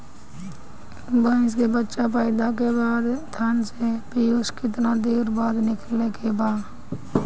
भैंस के बच्चा पैदा के बाद थन से पियूष कितना देर बाद निकले के बा?